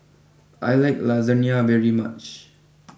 I like Lasagna very much